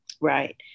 Right